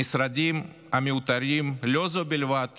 המשרדים המיותרים, לא זו בלבד